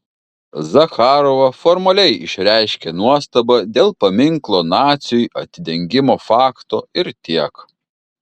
zacharova formaliai išreiškė nuostabą dėl paminklo naciui atidengimo fakto ir tiek